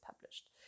published